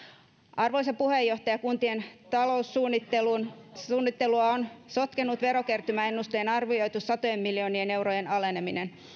arvoisa puheenjohtaja kuntien taloussuunnittelua on sotkenut verokertymäennusteen arvioitu satojen miljoonien eurojen aleneminen